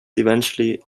eventually